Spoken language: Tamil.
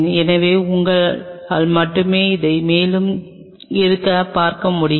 எனவே உங்களால் மட்டுமே அதை மேலே இருந்து பார்க்க முடியும்